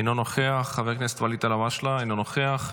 אינו נוכח, חבר הכנסת ואליד אלהואשלה, אינו נוכח,